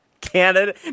Canada